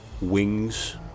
wings